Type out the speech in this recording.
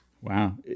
Wow